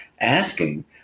asking